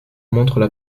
montrent